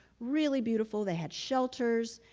really beautiful. they had shelters.